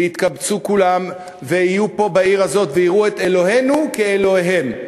ויתקבצו כולם ויהיו פה בעיר הזאת ויראו את אלוהינו כאלוהיהם.